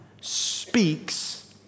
speaks